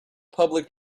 public